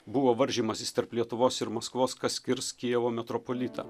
buvo varžymasis tarp lietuvos ir maskvos kas skirs kijevo metropolitą